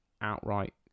outright